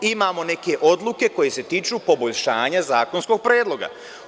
Imamo neke odluke koje se tiču poboljšanja zakonskog predloga.